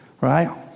right